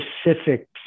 specific